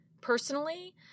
personally